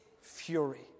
fury